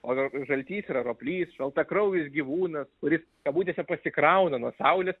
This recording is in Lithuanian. o žaltys yra roplys šaltakraujis gyvūnas kuris kabutėse pasikrauna nuo saulės